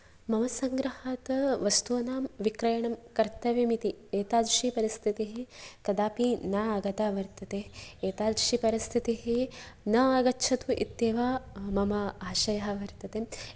मम सङ्ग्रहात् वस्तूनां विक्रयणं कर्तव्यमिति एतादृशि परिस्थितिः कदापि न आगता वर्तते एतादृशि परिस्थितिः न आगच्छतु इत्येव मम आशयः वर्तते